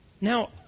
Now